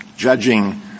Judging